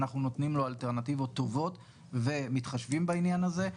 אנחנו נותנים לו אלטרנטיבות טובות ומתחשבים בעניין הזה,